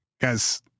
Guys